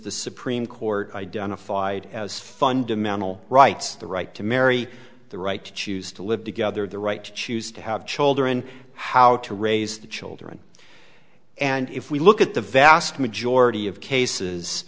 the supreme court identified as fundamental rights the right to marry the right to choose to live together the right to choose to have children how to raise the children and if we look at the vast majority of cases